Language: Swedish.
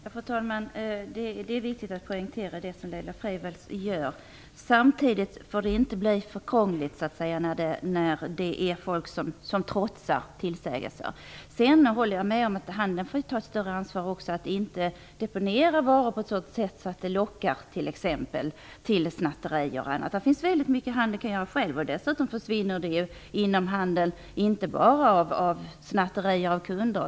Fru talman! Det är viktigt att poängtera det som Laila Freivalds gör. Samtidigt får det inte bli för krångligt när folk trotsar tillsägelser. Jag håller med om att handeln får ta ett större ansvar att inte deponera varor på ett sådant sätt att det lockar till t.ex. snatterier. Det finns väldigt mycket handeln kan göra själv. Dessutom försvinner det ju inte varor bara genom snatterier av kunder.